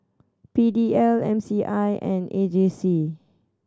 P D L M C I and A J C